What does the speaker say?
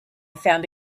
found